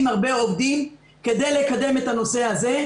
הרבה עובדים כדי לקדם את הנושא הזה,